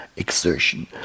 exertion